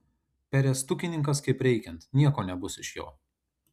perestukininkas kaip reikiant nieko nebus iš jo